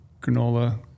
granola